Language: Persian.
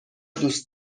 دوست